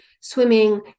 swimming